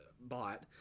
bought